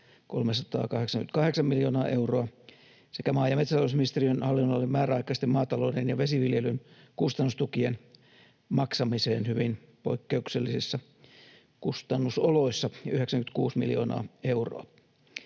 388 miljoonaa euroa, sekä maa- ja metsätalousministeriön hallinnonalalle määräaikaisten maatalouden ja vesiviljelyn kustannustukien maksamiseen hyvin poikkeuksellisissa kustannusoloissa, 96 miljoonaa euroa.